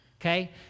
okay